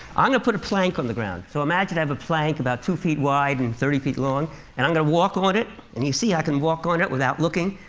i'm going to put a plank on the ground. so, imagine i have a plank about two feet wide and thirty feet long and i'm going to walk on it, and you see i can walk on it without looking,